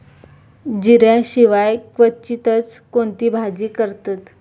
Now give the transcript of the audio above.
जिऱ्या शिवाय क्वचितच कोणती भाजी करतत